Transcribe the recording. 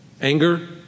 anger